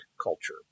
culture